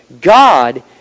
God